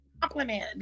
Compliment